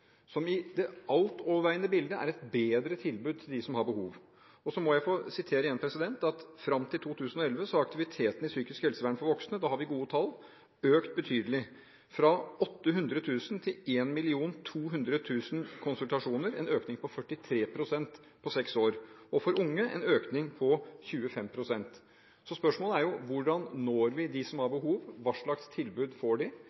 som i det altoverveiende bildet er et bedre tilbud til dem som har behov. Så må jeg igjen få sitere at fram til 2011 har aktivitetene i psykisk helsevern for voksne – da har vi gode tall – økt betydelig: fra 800 000 til 1 200 000 konsultasjoner. Det er en økning på 43 pst. på seks år. For unge er det en økning på 25 pst. Spørsmålet er hvordan vi når dem som har behov, og hva slags tilbud de